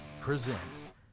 presents